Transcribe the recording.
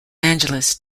angeles